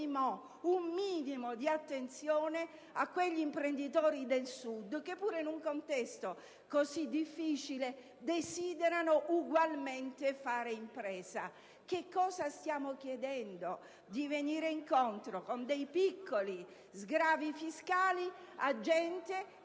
un minimo di attenzione, a quegli imprenditori del Sud che, pure in un contesto così difficile, desiderano ugualmente fare impresa. Cosa stiamo chiedendo? Di venire incontro, con dei piccoli sgravi fiscali, a gente